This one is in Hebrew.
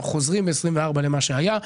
אנחנו חוזרים ב-2024 למה שהיה.